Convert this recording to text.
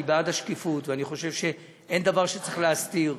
אני בעד השקיפות ואני חושב שאין דבר שצריך להסתיר,